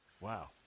Wow